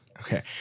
Okay